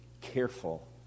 careful